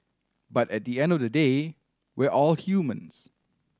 but at the end of the day we're all humans